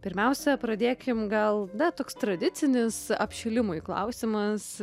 pirmiausia pradėkim gal na toks tradicinis apšilimui klausimas